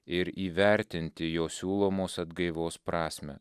ir įvertinti jo siūlomos atgaivos prasmę